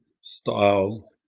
style